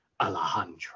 Alejandro